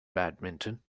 badminton